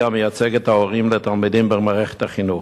המייצג את ההורים והתלמידים במערכת החינוך.